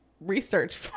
research